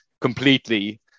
completely